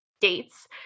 dates